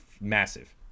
massive